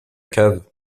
cave